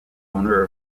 owner